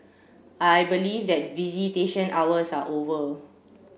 I believe that visitation hours are over